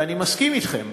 ואני מסכים אתכם,